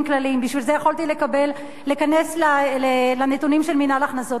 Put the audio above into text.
בשביל זה יכולתי להיכנס לנתונים של מינהל הכנסות המדינה.